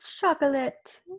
chocolate